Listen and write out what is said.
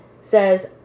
says